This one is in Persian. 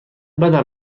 بدم